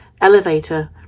elevator